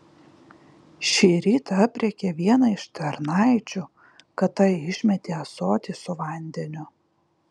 šįryt aprėkė vieną iš tarnaičių kad ta išmetė ąsotį su vandeniu